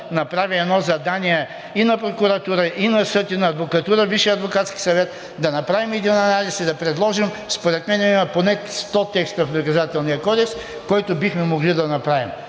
направи едно задание на прокуратура, на съд и на адвокатура – Висшият адвокатски съвет, да направим един анализ и да предложим – и според мен има поне 100 текста в Наказателния кодекс. Пак казвам: нека да оставим